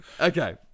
Okay